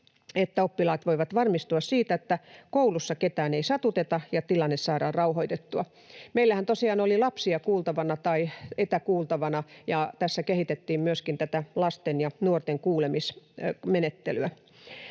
että oppilaat voivat varmistua siitä, että koulussa ketään ei satuteta ja tilanne saadaan rauhoitettua. Meillähän tosiaan oli lapsia kuultavana tai etäkuultavana, ja tässä kehitettiin myöskin tätä lasten ja nuorten kuulemismenettelyä.